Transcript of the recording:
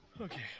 Okay